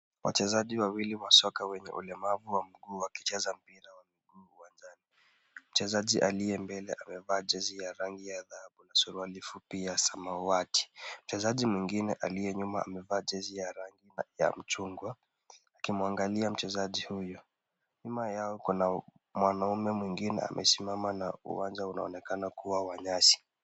Wachezaji wawili wa soka wenye ulemavu wa mguu wakicheza mpira wa miguu uwanjani. Mchezaji aliye mbele amevaa jezi ya rangi ya dhahabu na suruali fupi ya samawati. Mchezaji mwingine aliye nyuma amevaa jezi ya rangi ya machungwa, akimwangalia mchezaji huyu. Nyuma yao kuna mwanaume mwingine amesimama na uwanja unaonekana kuwa wa nyasi.